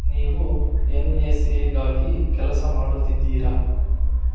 ನೀವು N S ಎಗಾಗಿ ಕೆಲಸ ಮಾಡುತ್ತಿದ್ದೀರ